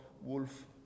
wolf